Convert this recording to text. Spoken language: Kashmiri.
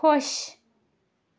خۄش